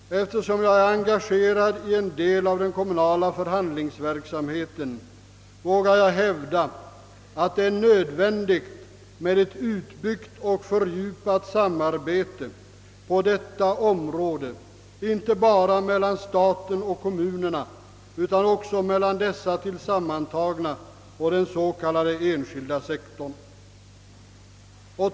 Eftersom jag är engagerad i en del av den kommunala förhandlingsverksamheten vågar jag hävda att det är nödvändigt med ett utbyggt och fördjupat samarbete på detta område inte bara mellan staten och kommunerna utan också mellan dessa tillsammantagna och den s.k. enskilda sektorn.